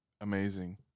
Amazing